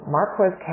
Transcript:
Marquez